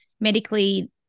Medically